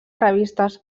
revistes